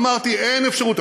אמרתי: אין אפשרות.